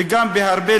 ובהרבה,